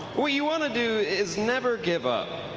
what you want to do is never give up.